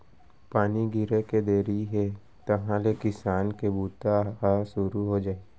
पानी गिरे के देरी हे तहॉं ले किसानी के बूता ह सुरू हो जाही